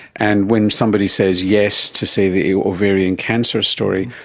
and when somebody says yes to, say, the ovarian cancer story,